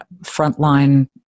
frontline